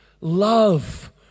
love